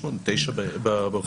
תשע בבוקר.